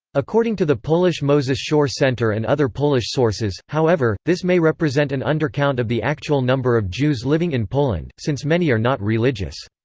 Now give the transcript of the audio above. according to the polish moses schorr centre and other polish sources, however, this may represent an undercount of the actual number of jews living in poland, since many are not religious.